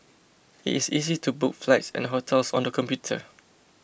it is easy to book flights and hotels on the computer